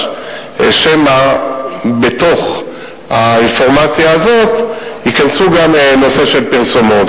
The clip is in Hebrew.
שמא בתוך האינפורמציה הזאת ייכנס גם נושא של פרסומות.